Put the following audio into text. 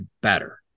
better